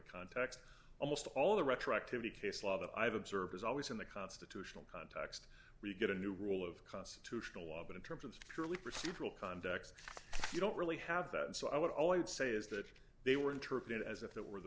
context almost all the retroactively case law that i've observed is always in the constitutional context we get a new rule of constitutional law but in terms of securely procedural context you don't really have that and so i would always say is that they were interpreted as if it were the